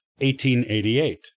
1888